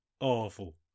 awful